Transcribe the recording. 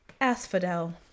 Asphodel